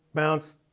bounce,